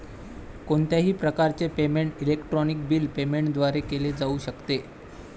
कोणत्याही प्रकारचे payment electronic bill payment द्वारे केले जाऊ शकते